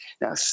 Now